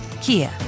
Kia